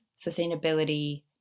sustainability